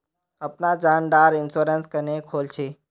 अपना जान डार इंश्योरेंस क्नेहे खोल छी?